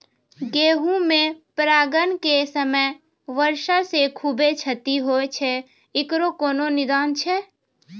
गेहूँ मे परागण के समय वर्षा से खुबे क्षति होय छैय इकरो कोनो निदान छै?